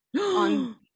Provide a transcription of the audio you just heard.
on